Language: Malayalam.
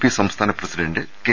പി സംസ്ഥാന പ്രസിഡന്റ് കെ